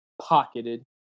Pocketed